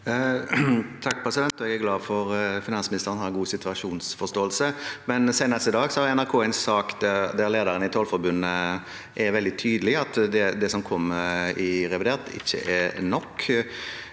(H) Jeg er glad for at finansministeren har god situasjonsforståelse, men senest i dag har NRK en sak der lederen i Tollerforbundet er veldig tydelig på at det som kom i revidert, ikke er nok.